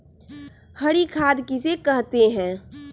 हरी खाद किसे कहते हैं?